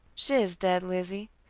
she is dead, lizzie.